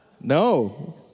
No